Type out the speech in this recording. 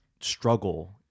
struggle